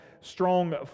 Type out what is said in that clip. strong